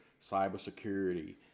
cybersecurity